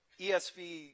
ESV